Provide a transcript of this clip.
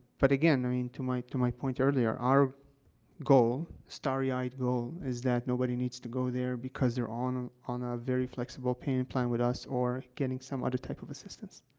but again i mean, to my to my point earlier, our goal, starry-eyed goal, is that nobody needs to go there because they're on on a very flexible payment plan with us or getting some other type of assistance.